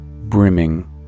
brimming